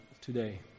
today